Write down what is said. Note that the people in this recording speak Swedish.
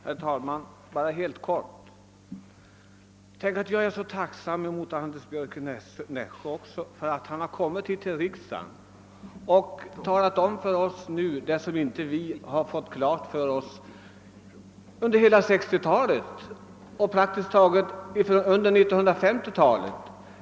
Herr talman! Bara några få ord! Jag är tacksam mot Anders Björck i Nässjö för att han har kommit hit till riksdagen och talat om något som vi inte fick klart för oss under 1950 och 1960-talen.